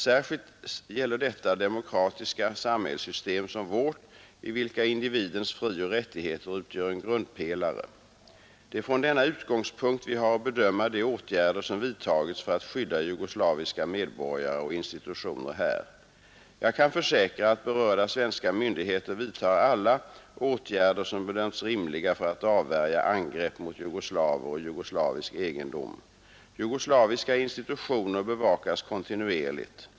Särskilt gäller detta demokratiska samhällssystem som vårt, i vilka individens frioch rättigheter utgör en grundpelare. Det är från denna utgångspunkt vi har att bedöma de åtgärder som vidtagits för att skydda jugoslaviska medborgare och institutioner här. Jag kan försäkra att berörda svenska myndigheter vidtar alla åtgärder som bedömts rimliga för att avvärja angrepp mot jugoslaver och jugoslavisk egendom. Jugoslaviska institutioner bevakas kontinuerligt.